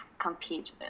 compete